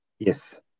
Yes